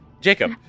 jacob